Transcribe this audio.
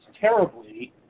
terribly